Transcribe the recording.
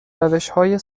روشهای